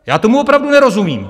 Já tomu opravdu nerozumím.